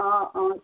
অঁ অঁ